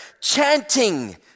chanting